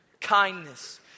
kindness